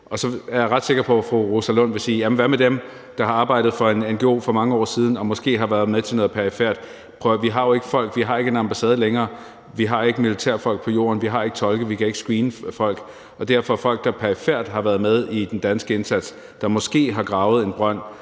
Så er jeg ret sikker på, at fru Rosa Lund vil sige: Jamen hvad med dem, der har arbejdet for en ngo for mange år siden og måske har været med til noget perifert? Prøv at høre: Vi har jo ikke folk, vi har ikke en ambassade længere, vi har ikke militærfolk på jorden, vi har ikke tolke, vi kan ikke screene folk, og der er folk, der perifert har været med i den danske indsats, der måske har gravet en brønd